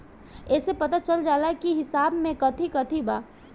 एसे पता चल जाला की हिसाब में काथी काथी बा